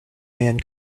man